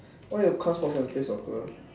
why you come sports never play soccer